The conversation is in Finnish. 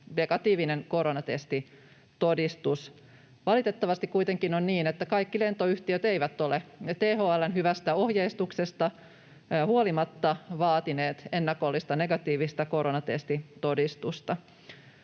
negatiivinen koronatestitodistus. Valitettavasti kuitenkin on niin, että kaikki lentoyhtiöt eivät ole THL:n hyvästä ohjeistuksesta huolimatta vaatineet ennakollista negatiivista koronatestitodistusta.